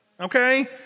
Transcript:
Okay